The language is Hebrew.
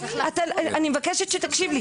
אני מבקשת שתקשיב לי.